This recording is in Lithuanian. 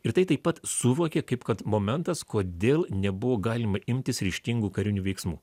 ir tai taip pat suvokė kaip kad momentas kodėl nebuvo galima imtis ryžtingų karinių veiksmų